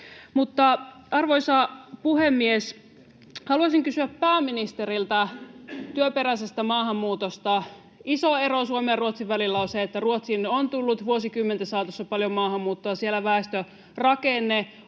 Arvoisa puhemies! Haluaisin kysyä pääministeriltä työperäisestä maahanmuutosta. Iso ero Suomen ja Ruotsin välillä on se, että Ruotsiin on tullut vuosikymmenten saatossa paljon maahanmuuttoa ja siellä väestörakenne on